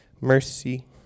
mercy